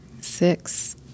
six